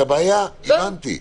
את הבעיה הבנתי.